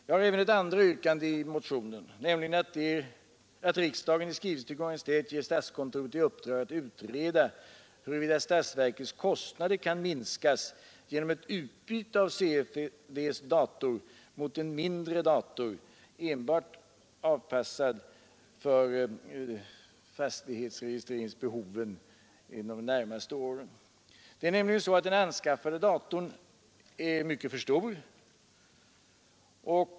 Jag har även ett andra yrkande i min motion, nämligen det att riksdagen i skrivelse till Kungl. Maj:t ger statskontoret i uppdrag att utreda huruvida statsverkets kostnader kan minskas genom ett utbyte av CFD:s dator mot en mindre dator enbart avpassad för fastighetsdataregistreringsbehov inom de närmaste åren. Det är nämligen så att den anskaffade datorn är mycket för stor.